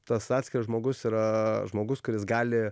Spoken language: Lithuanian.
tas atskiras žmogus yra žmogus kuris gali